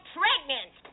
pregnant